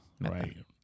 right